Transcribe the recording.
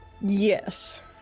yes